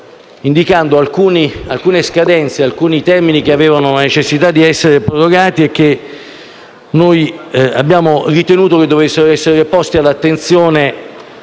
indicando alcune scadenze che avevano necessità di essere prorogate e che abbiamo ritenuto dovessero essere poste all'attenzione